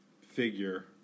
figure